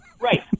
Right